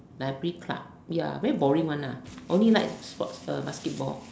like free club ya very boring one lah only like sports basketball